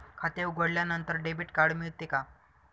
खाते उघडल्यानंतर debit card मिळते का?